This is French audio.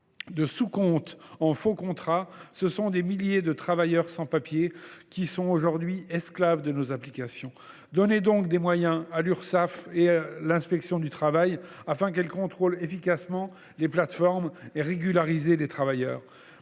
De sous compte en faux contrat, ce sont des milliers de travailleurs sans papiers qui sont aujourd’hui esclaves de nos applications. Donnez donc à l’Urssaf et à l’inspection du travail les moyens de contrôler efficacement les plateformes, et régularisez les travailleurs